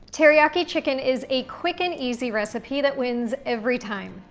teriyaki chicken is a quick and easy recipe that wins every time.